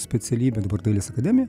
specialybę dailės akademiją